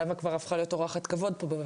היא לא מחוברת.